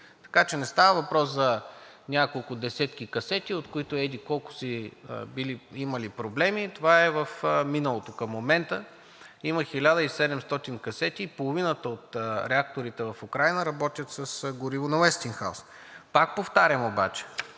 Така че не става въпрос за няколко десетки касети, от които еди-колко си били имали проблеми. Това е в миналото. Към момента има 1700 касети и половината от реакторите в Украйна работят с гориво на „Уестингхаус“. Пак повтарям обаче,